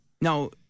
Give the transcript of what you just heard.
Now